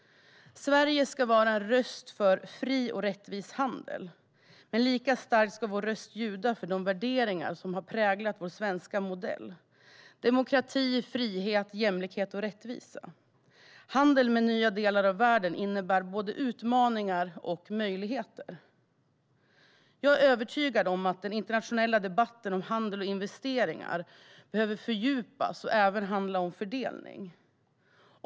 Sverige ska vara en stark röst för fri och rättvis handel. Men lika starkt ska vår röst ljuda för de värderingar som präglar vår svenska modell: demokrati, frihet, jämlikhet och rättvisa. Handel med nya delar av världen innebär både utmaningar och möjligheter. Jag är övertygad om att den internationella debatten om handel och investeringar behöver fördjupas och även handla om fördelning.